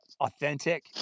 authentic